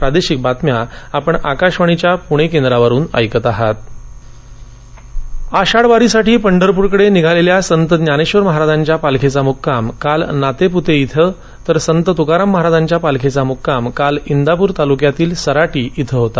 पालखी आषाढी वारीसाठी पंढरपूरकडे निघालेल्या संत ज्ञानेश्वर महाराजांच्या पालखीचा मुक्काम काल नातेपुते इथं तर संत तुकाराम महाराजांच्या पालखीचा मुक्काम काल इंदापूर तालुक्यातील सराटी इथं होता